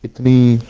the